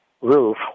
roof